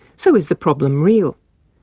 so is the problem real?